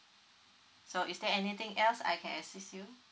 so is there anything else I can assist you